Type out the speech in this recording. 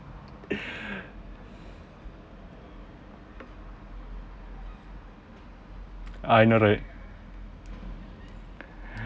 I know right